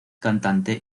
cantante